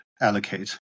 allocate